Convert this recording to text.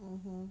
mmhmm